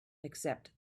except